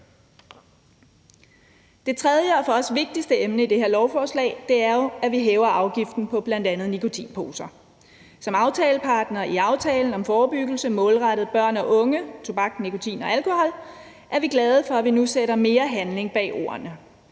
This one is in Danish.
Det tredje og for os vigtigste emne i det her lovforslag er jo, at vi hæver afgiften på bl.a. nikotinposer. Som aftalepartner i aftalen om forebyggelse målrettet børn og unges forbrug af tobak, nikotin og alkohol er vi glade for, at vi nu sætter mere handling bag ordene.